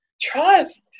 Trust